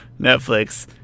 Netflix